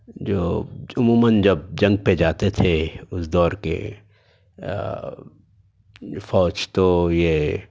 جو عموماََ جب جنگ پہ جاتے تھے اُس دور کے فوج تو یہ